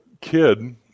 kid